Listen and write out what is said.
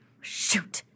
Shoot